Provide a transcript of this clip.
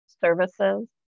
services